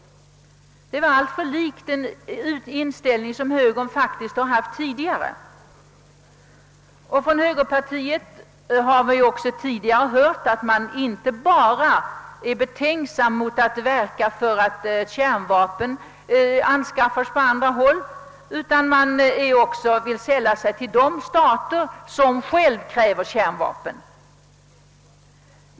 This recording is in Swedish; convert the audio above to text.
Jag måste säga att detta är alltför likt den inställning som högern tidigare hade. Från högerhåll har vi redan förut hört, att man inte bara är betänksam mot att Sverige försöker verka för att andra stater inte skaffar kärnvapen, utan att man t.o.m. vill att Sverige skall sälla sig till de stater som innehar kärnvapen.